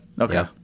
Okay